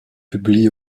publie